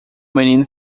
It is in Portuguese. menino